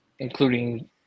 including